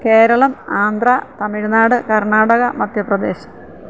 Keralam Andhra Tamil Nadu Karnataka Madhya Pradesh